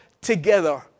together